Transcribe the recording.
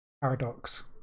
Paradox